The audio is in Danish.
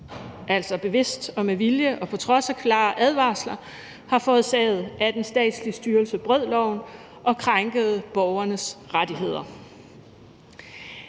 altså bevidst og med vilje og på trods af klare advarsler, har forårsaget, at en statslig styrelse brød loven og krænkede borgernes rettigheder.